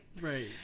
Right